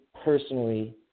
personally